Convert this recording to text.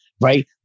right